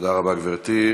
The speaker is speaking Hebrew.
תודה רבה, גברתי.